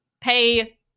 pay